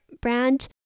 brand